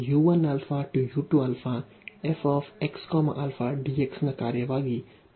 ನ ಕಾರ್ಯವಾಗಿ ಪರಿಶೀಲಿಸುತ್ತೇವೆ